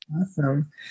Awesome